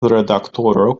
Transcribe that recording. redaktoro